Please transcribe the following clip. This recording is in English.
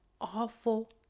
awful